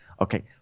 Okay